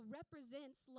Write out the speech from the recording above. represents